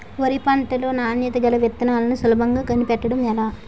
వరి పంట లో నాణ్యత గల విత్తనాలను సులభంగా కనిపెట్టడం ఎలా?